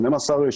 12,